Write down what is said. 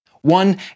One